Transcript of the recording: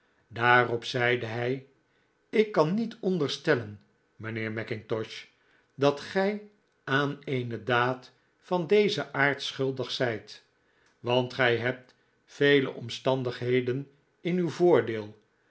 daarop zeide hij ik kan niet onderstellen mijnheer mackintosh dat gij aan eene daad van dezen aard schuldig zijt want gij hebt vele omstandiglieden in uw voordeel